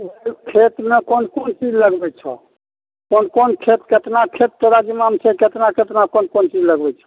उस खेतमे कोन कोन चीज लगबैत छहो कोन कोन खेत केतना खेत तोरा जिम्मामे छै केतना केतना कोन कोन चीज लगबैत छहो